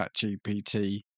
ChatGPT